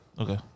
Okay